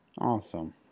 Awesome